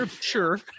sure